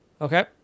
Okay